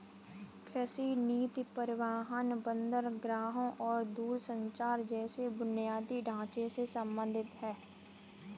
कृषि नीति परिवहन, बंदरगाहों और दूरसंचार जैसे बुनियादी ढांचे से संबंधित है